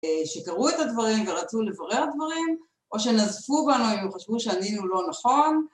שתראו את הדברים ורצו לברר את הדברים או שנזפו בנו אם חשבו שענינו לא נכון